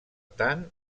tant